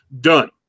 done